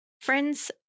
Friends